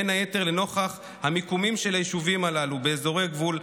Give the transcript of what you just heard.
בין היתר לנוכח המיקומים של היישובים שלהם באזורי גבול,